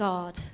God